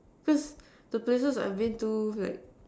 cause the places I've been to like